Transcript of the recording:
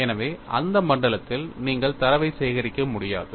எனவே அந்த மண்டலத்தில் நீங்கள் தரவை சேகரிக்க முடியாது